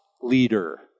leader